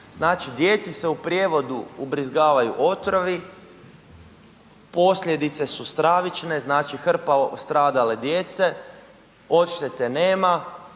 Znači djeci se u prijevodu ubrizgavaju otrovi, posljedice su stravične, znači hrpa stradale djece, odštete nema,